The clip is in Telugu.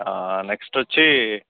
నెక్స్ట్ వచ్చి